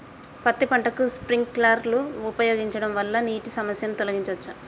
పత్తి పంటకు స్ప్రింక్లర్లు ఉపయోగించడం వల్ల నీటి సమస్యను తొలగించవచ్చా?